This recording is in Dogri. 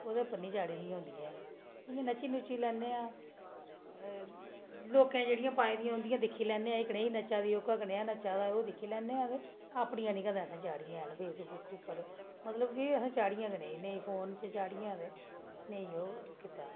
ओहदे पर नीं चाह्ड़ी दियां होंदियां न नच्ची नुच्ची लैन्ने आं लोकें जेह्ड़ियां पाई दियां होंदियां न उंदियां दिक्खी लैन्ने आं एह् कनेहा नच्चा दा ओह् कनेहा नच्चा दा एह् दिक्खी लैन्ने आं पर अपनियां नी कदें असें चाढ़ियां नेईं फेसबुक पर मतलब की असें चाढ़ियां नीं हैन नेई फोन च चाढ़ियां ते नेई किश कित्ता